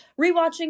rewatching